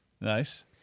Nice